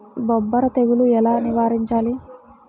బొబ్బర తెగులు ఎలా నివారించాలి?